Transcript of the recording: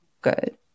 good